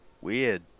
Weird